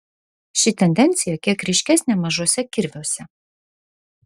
ši tendencija kiek ryškesnė mažuose kirviuose